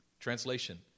Translation